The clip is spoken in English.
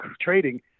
trading